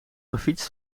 gefietst